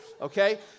okay